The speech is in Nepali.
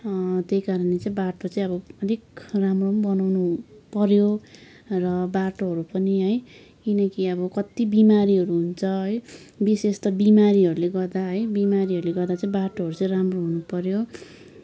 त्यही कारणले गर्दा चाहिँ बाटो चाहिँ अलिक राम्रो पनि बनाउनु पऱ्यो र बाटोहरू पनि है किनकि अब कति बिमारीहरू हुन्छ है विशेष त बिमारीहरूले गर्दा है बिमारीहरूले गर्दा चाहिँ बाटोहरू राम्रो हुनु पऱ्यो